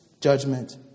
judgment